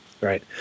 Right